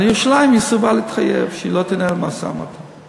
היא סירבה להתחייב שהיא לא תנהל משא-ומתן על ירושלים.